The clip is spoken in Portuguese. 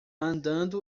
andando